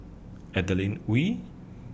Adeline Ooi